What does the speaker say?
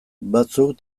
batzuk